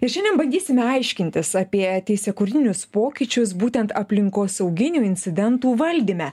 ir šiandien bandysime aiškintis apie teisėkūrinius pokyčius būtent aplinkosauginių incidentų valdyme